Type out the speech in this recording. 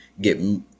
get